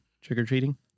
trick-or-treating